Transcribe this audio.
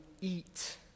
eat